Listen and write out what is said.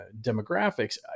demographics